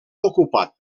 ocupat